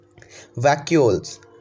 vacuoles